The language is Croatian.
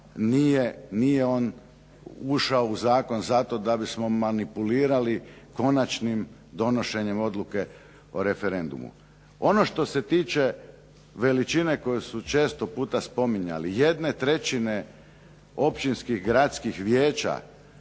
nije on ušao u zakon zato da bismo manipulirali konačnim donošenjem odluke o referendumu. Ono što se tiče veličine koju su često puta spominjali, 1/3 općinskih gradskih vijeća,